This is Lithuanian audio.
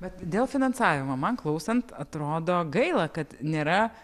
vat dėl finansavimo man klausant atrodo gaila kad nėra